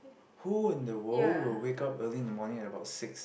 who in the world will wake up early in the morning at about six